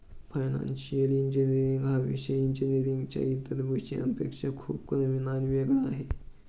financial engineering हा विषय इंजिनीअरिंगच्या इतर विषयांपेक्षा खूप नवीन आणि वेगळा आहे